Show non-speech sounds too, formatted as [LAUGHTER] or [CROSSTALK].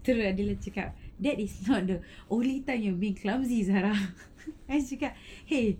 terus aku cakap that is not the [LAUGHS] only time you have been clumsy sia [LAUGHS] I cakap !hey!